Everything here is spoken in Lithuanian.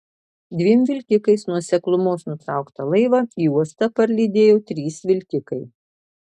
dviem vilkikais nuo seklumos nutrauktą laivą į uostą parlydėjo trys vilkikai